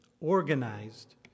organized